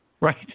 right